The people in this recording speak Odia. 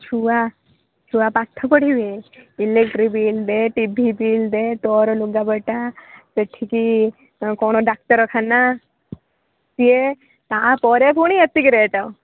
ଛୁଆ ଛୁଆ ପାଠ ପଢ଼ିବେ ଇଲେକଟ୍ରିକ୍ ବିଲ୍ ଦେ ଟି ଭି ବିଲ୍ ଦେ ତୋର ଲୁଗା ପଟା ସେଠିକି କ'ଣ ଡାକ୍ତରଖାନା ସିଏ ତା'ପରେ ପୁଣି ଏତିକି ରେଟ୍